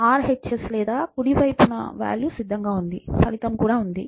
RHS లేదా కుడి వైపు వాల్యూ సిద్ధంగా ఉంది ఫలితం కూడా ఉంది